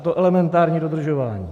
To elementární dodržování.